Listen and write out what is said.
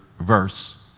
verse